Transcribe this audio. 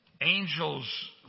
Angels